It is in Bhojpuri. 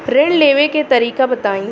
ऋण लेवे के तरीका बताई?